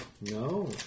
No